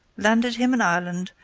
landed him in ireland,